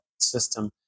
system